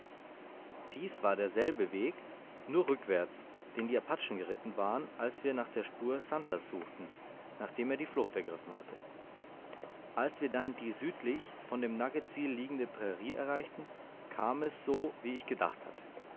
dies war derselbe weg nur rückwärts den die apachen geritten waren als wir nach der spur santers suchten nachdem er die flucht ergriffen hatte als wir dann die südlich von dem nugget tsil liegende prairie erreichten kam es so wie ich gedacht hatte